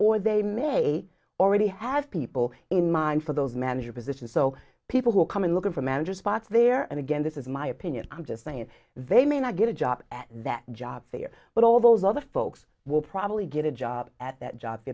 or they may already have people in mind for those manager position so people who come in looking for manager spots there and again this is my opinion i'm just saying they may not get a job at that job fair but all those other folks will probably get a job at that job